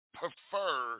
prefer